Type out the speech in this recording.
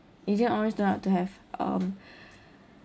agent orange turned out to have um